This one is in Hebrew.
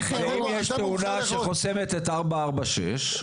אם יש תאונה שחוסמת את 446,